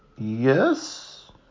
Yes